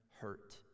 hurt